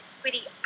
sweetie